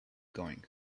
going